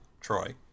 Troy